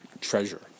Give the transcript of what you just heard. treasure